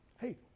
Hey